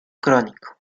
crónico